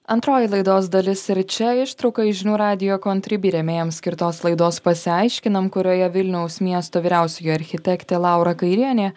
antroji laidos dalis ir čia ištrauka iš žinių radijo contribee rėmėjam skirtos laidos pasiaiškinam kurioje vilniaus miesto vyriausioji architektė laura kairienė